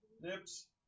Nips